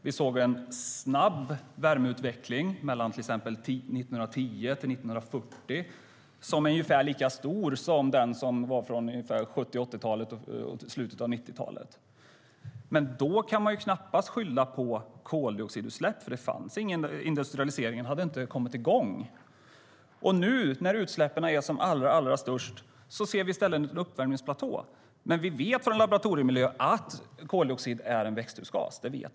Vi såg en snabb värmeutveckling mellan 1910 och 1940 som var ungefär lika stor som utvecklingen från 1970-talet fram till slutet av 1990-talet. Men då kan man knappast skylla på koldioxidutsläpp eftersom industrialiseringen inte hade kommit igång. Nu när utsläppen är som allra störst ser vi i stället en uppvärmningsplatå. Vi vet från laboratoriemiljö att koldioxid är en växthusgas.